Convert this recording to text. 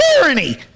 Tyranny